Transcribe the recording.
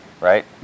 right